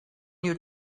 new